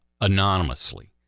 anonymously